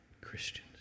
Christians